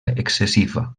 excessiva